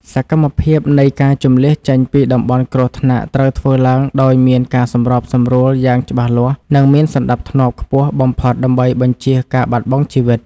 សកម្មភាពនៃការជម្លៀសចេញពីតំបន់គ្រោះថ្នាក់ត្រូវធ្វើឡើងដោយមានការសម្របសម្រួលយ៉ាងច្បាស់លាស់ និងមានសណ្តាប់ធ្នាប់ខ្ពស់បំផុតដើម្បីបញ្ជៀសការបាត់បង់ជីវិត។